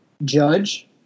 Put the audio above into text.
Judge